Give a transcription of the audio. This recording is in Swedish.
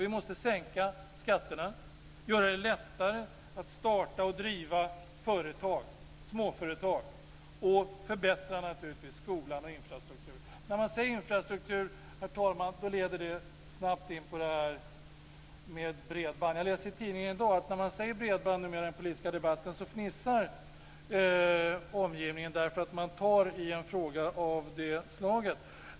Vi måste sänka skatterna, göra det lättare att starta och driva småföretag och förbättra skolan och infrastrukturen. Herr talman! När man säger infrastruktur leder det snabbt in på detta med bredband. Jag läste i tidningen i dag att när man säger bredband i den politiska debatten numera så fnissar omgivningen, eftersom man tar i en fråga av det slaget.